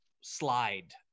slide